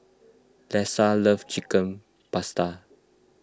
Lesa loves Chicken Pasta